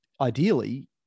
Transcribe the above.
ideally